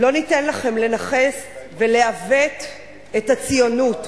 לא ניתן לכם לנכס ולעוות את הציונות.